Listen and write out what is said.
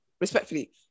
Respectfully